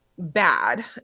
bad